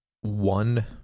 one